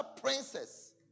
Princess